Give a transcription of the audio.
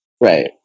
Right